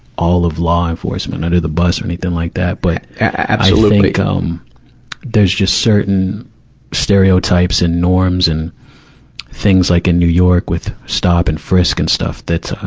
all of law enforcement under the bus or anything like that. but absolutely. i like um there's just certain stereotypes and norms and things like in new york with stop and frisk and stuff that, ah,